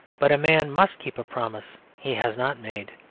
but a man must keep a promise he has not made.